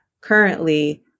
currently